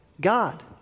God